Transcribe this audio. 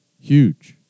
huge